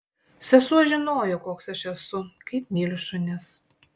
sesuo žinojo koks aš esu kaip myliu šunis